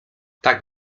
tak